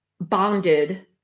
bonded